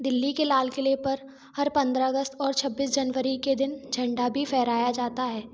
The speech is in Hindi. दिल्ली के लाल किले पर हर पन्द्रह अगस्त और छब्बीस जनवरी के दिन झंडा भी फहराया जाता है